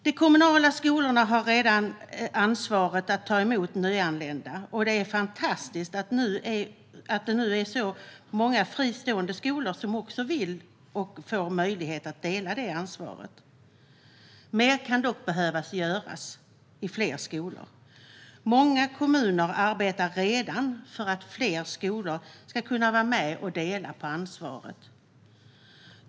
De kommunala skolorna har redan ansvaret att ta emot nyanlända, och det är fantastiskt att det nu är så många fristående skolor som vill - och får möjlighet att - dela det ansvaret. Mer kan dock behöva göras i fler skolor. Många kommuner arbetar redan för att fler skolor ska kunna vara med och dela på ansvaret.